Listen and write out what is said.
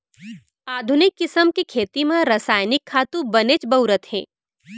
आधुनिक किसम के खेती म रसायनिक खातू बनेच बउरत हें